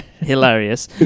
hilarious